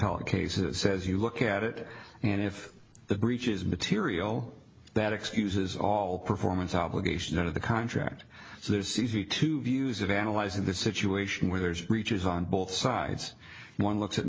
appellate cases says you look at it and if the breach is material that excuses all performance obligations under the contract so there's easy to views of analyzing the situation where there's reaches on both sides one looks at